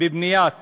בבניית